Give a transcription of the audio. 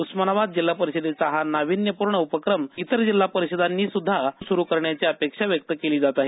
उस्मानाबाद जिल्हा परिषदेचा हा नाविन्यपूर्ण उपक्रम इतर जिल्हा परिषदांनी सुध्दा सुरु करण्याची अपेक्षा व्यक्त केली जात आहे